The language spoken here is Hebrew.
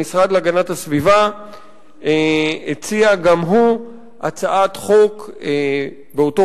המשרד להגנת הסביבה הציע גם הוא הצעת חוק באותו